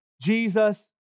Jesus